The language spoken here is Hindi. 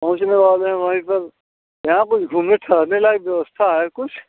पहुंचने वाले हैं वही पर यहाँ कुछ घूमने ठहरने लायक़ व्यवस्था है कुछ